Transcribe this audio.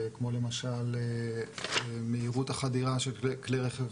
כמו למשל מהירות החדירה של כלי רכב